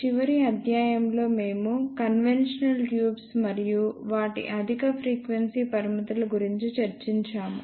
చివరి అధ్యాయంలో మేము కన్వెన్షనల్ ట్యూబ్స్ మరియు వాటి అధిక ఫ్రీక్వెన్సీ పరిమితుల గురించి చర్చించాము